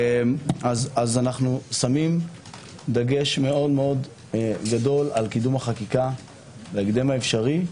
אנו שמים דגש מאוד גדול על קידום החקיקה בהקדם האפשרי.